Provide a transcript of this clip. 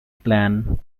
planned